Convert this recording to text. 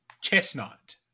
Chestnut